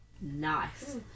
Nice